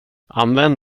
använd